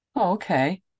Okay